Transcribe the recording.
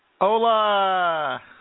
Hola